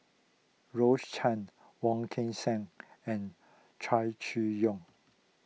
Rose Chan Wong Kan Seng and Chow Chee Yong